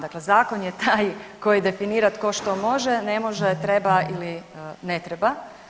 Dakle, zakon je taj tko definira tko što može, ne može, treba ili ne treba.